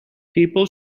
people